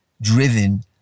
driven